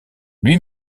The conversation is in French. lui